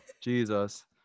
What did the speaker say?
jesus